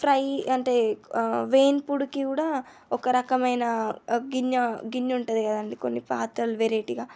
fry అంటే వేన్పుడికి కూడా ఒక రకమైన గిన్నె గిన్నె ఉంటుంది కదా అండి కొన్ని పాత్రలు వెరైటీగా